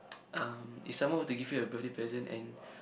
um if someone were to give you a birthday present and